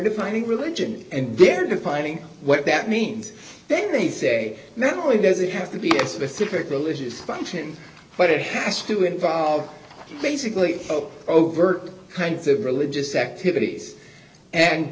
defining religion and they're defining what that means then they say not only does it have to be a specific religious function but it has to involve basically overt kinds of religious activities and